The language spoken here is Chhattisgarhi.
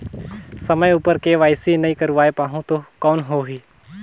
समय उपर के.वाई.सी नइ करवाय पाहुं तो कौन होही?